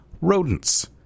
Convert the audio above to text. rodents